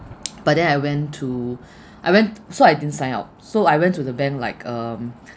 but then I went to I went so I didn't sign up so I went to the bank like um